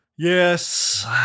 Yes